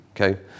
okay